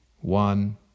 one